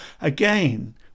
again